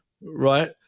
Right